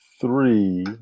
three